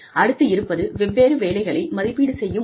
அடுத்து இருப்பது வெவ்வேறு வேலைகளை மதிப்பீடு செய்யும் முறை